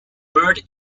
bird